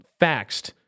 faxed